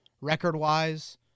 record-wise